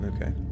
Okay